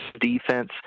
defense